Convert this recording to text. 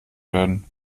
werden